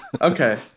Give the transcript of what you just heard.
Okay